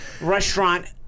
restaurant